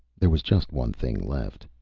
there was just one thing left.